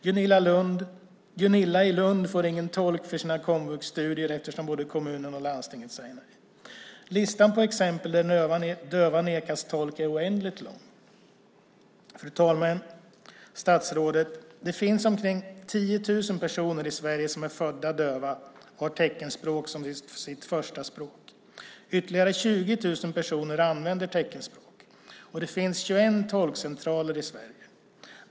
Gunilla i Lund får ingen tolk för sina komvuxstudier eftersom både kommunen och landstinget säger nej. Listan på exempel där döva nekas tolk är oändligt lång. Fru talman! Det finns omkring 10 000 personer i Sverige, statsrådet, som är födda döva och har teckenspråk som sitt första språk. Ytterligare 20 000 personer använder teckenspråk. Det finns 21 tolkcentraler i Sverige.